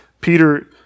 Peter